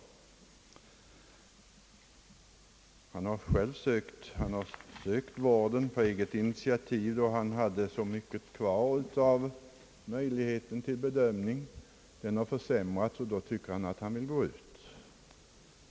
Han har sökt vården på eget initiativ då han hade möjlighet att själv bedöma vårdbehovet; denna möjlighet har försämrats, och då tycker han att han vill skrivas ut.